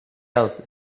else